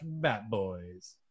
batboys